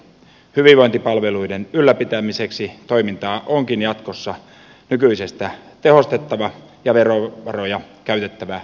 hyvinvointipalveluiden ylläpitämiseksi toimintaa onkin jatkossa nykyisestä tehostettava ja verovaroja käytettävä viisaammin